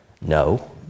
No